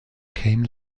came